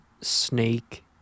Snake